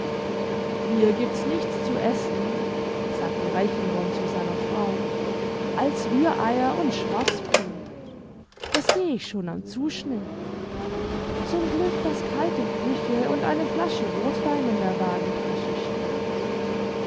hier giebt's nichts zu essen sagte reichenborn zu seiner frau als rühreier und schwarzbrot das seh ich schon am zuschnitt zum glück daß kalte küche und eine flasche rothwein in der wagentasche steckt